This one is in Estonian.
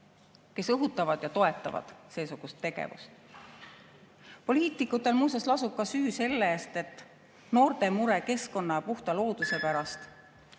kes õhutavad ja toetavad seesugust tegevust. Poliitikutel, muuseas, lasub ka süü selle eest, et noorte mure keskkonna ja puhta looduse pärast